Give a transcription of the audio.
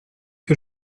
que